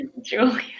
Julia